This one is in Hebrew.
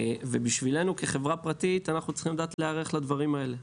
בשבילנו כחברה פרטית אנחנו צריכים לדעת להיערך לדברים האלה.